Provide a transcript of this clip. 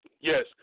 Yes